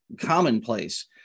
commonplace